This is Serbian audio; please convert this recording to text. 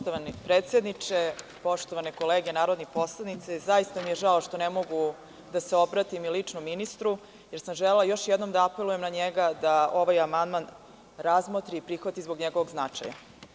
Poštovani predsedniče, poštovane kolege narodni poslanici, zaista mi je žao što ne mogu da se obratim i lično ministru, jer sam želela još jednom da apelujem na njega da ovaj amandman razmotri i prihvati zbog njegovog značaja.